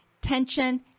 tension